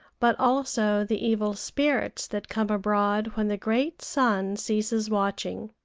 but also the evil spirits that come abroad when the great sun ceases watching.